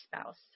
spouse